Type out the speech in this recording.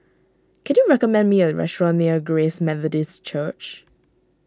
can you recommend me a restaurant near Grace Methodist Church